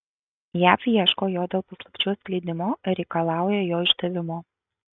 jav ieško jo dėl paslapčių atskleidimo ir reikalauja jo išdavimo